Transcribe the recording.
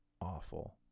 awful